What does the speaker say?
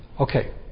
Okay